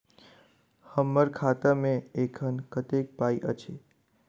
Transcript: हम्मर खाता मे एखन कतेक पाई अछि?